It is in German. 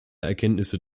erkenntnisse